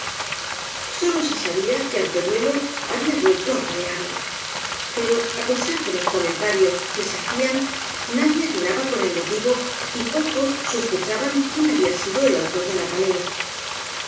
sólo se sabía que antoñuelo había vuelto apa leado pero á pesar de los comentarios que se ha cían nadie atinaba con el motivo y pocos sospe chaban quién había sido el autor del apaleo